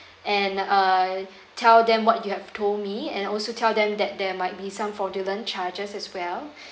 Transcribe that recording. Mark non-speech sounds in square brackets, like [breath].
[breath] and uh tell them what you have told me and also tell them that there might be some fraudulent charges as well